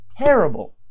terrible